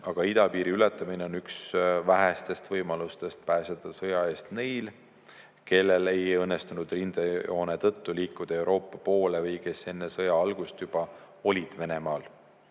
aga idapiiri ületamine on üks vähestest võimalustest pääseda sõja eest neil, kellel ei õnnestunud rindejoone tõttu liikuda Euroopa poole või kes enne sõja algust juba olid Venemaal.